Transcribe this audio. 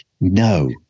No